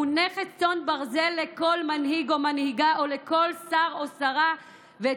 זהו נכס צאן ברזל לכל מנהיג או מנהיגה או לכל שר או שרה,